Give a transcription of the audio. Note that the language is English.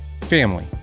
family